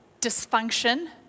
dysfunction